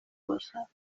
باشد